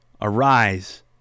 Arise